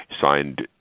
signed